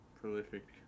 Prolific